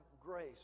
grace